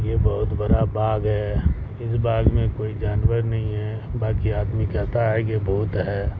یہ بہت بڑا باغ ہے اس باغ میں کوئی جانور نہیں ہے باقی آدمی کہتا ہے کہ بھوت ہے باقی